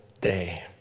day